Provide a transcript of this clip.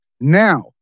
Now